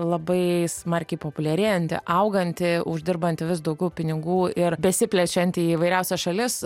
labai smarkiai populiarėjanti auganti uždirbanti vis daugiau pinigų ir besiplečianti įvairiausias šalis